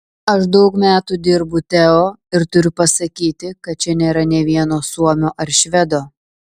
aš daug metų dirbu teo ir turiu pasakyti kad čia nėra nė vieno suomio ar švedo